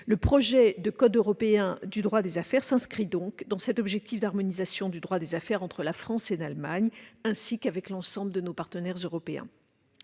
Le projet de code européen de droit des affaires s'inscrit donc dans cet objectif d'harmonisation du droit des affaires, entre la France et l'Allemagne, ainsi qu'avec l'ensemble de nos partenaires européens.